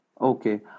Okay